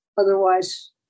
otherwise